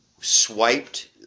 swiped